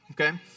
okay